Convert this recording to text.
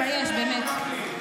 תתבייש, באמת.